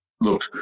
look